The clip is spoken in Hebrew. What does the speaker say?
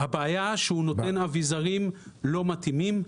הבעיה היא שהוא נותן אביזרים לא מתאימים.